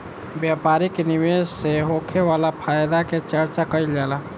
व्यापारिक निवेश से होखे वाला फायदा के चर्चा कईल जाला